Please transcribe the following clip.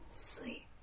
Sleep